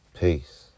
Peace